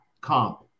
comp